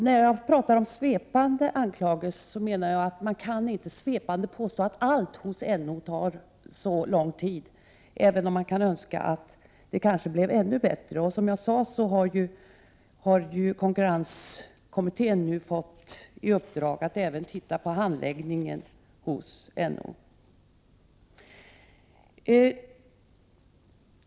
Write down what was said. När jag talar om svepande anklagelser menar jag att man inte kan påstå att allt hos NO tar så lång tid, även om man kanske kan önska att det blev bättre. Som jag sade har konkurrenskommittén fått i uppdrag att även se över handläggningen hos NO.